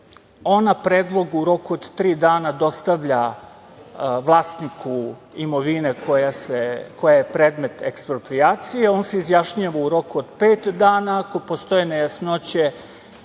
Ona predlog u roku od tri dana dostavlja vlasniku imovine koja je predmet eksproprijacije. On se izjašnjava u roku od pet dana, ako postoje nejasnoće